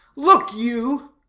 look, you